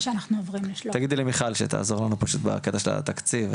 תגידי למיכל שתעזור לנו פה בקטע של התקציב,